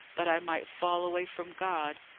but i might fall away from god?